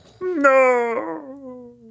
No